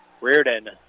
Reardon